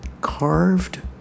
carved